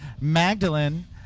Magdalene